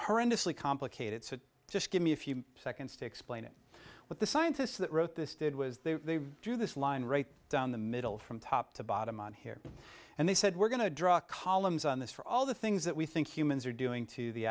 horrendous the complicated so just give me a few seconds to explain it what the scientists that wrote this did was they do this line right down the middle from top to bottom on here and they said we're going to draw columns on this for all the things that we think humans are doing to the